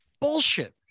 bullshit